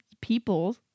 people